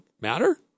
matter